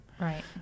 Right